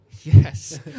yes